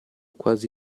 quasi